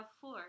four